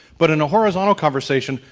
but in a horizontal conversation,